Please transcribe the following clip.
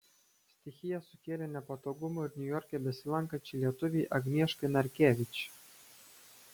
stichija sukėlė nepatogumų ir niujorke besilankančiai lietuvei agnieškai narkevič